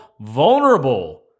vulnerable